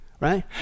right